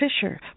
Fisher